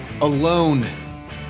alone